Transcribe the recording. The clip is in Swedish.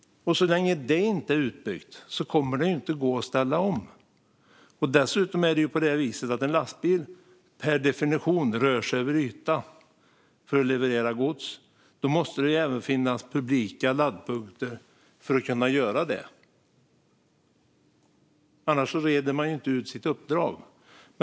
Så länge det inte är utbyggt kommer det inte att gå att ställa om. Dessutom rör sig en lastbil per definition över yta för att leverera gods. Då måste det även finnas publika laddpunkter. Annars reder man inte ut sitt uppdrag.